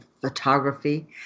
photography